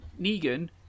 Negan